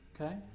Okay